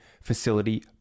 facility